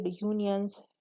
unions